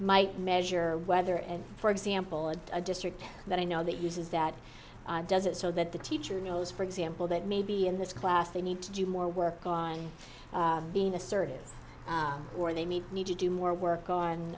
might measure whether and for example of a district that i know that uses that does it so that the teacher knows for example that maybe in this class they need to do more work on being assertive or they may need to do more work on